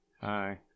hi